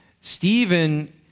Stephen